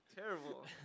Terrible